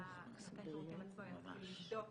שנותן השירותים עצמו יתחיל לבדוק